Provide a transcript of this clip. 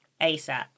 ASAP